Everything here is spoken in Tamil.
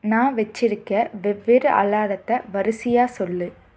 நான் வெச்சுருக்க வெவ்வேறு அலாரத்தை வரிசையாக சொல்லு